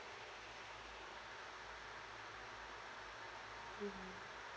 mm